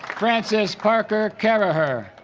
francis parker caraher